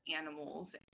animals